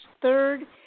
third